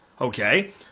Okay